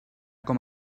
com